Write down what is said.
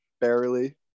barely